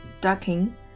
ducking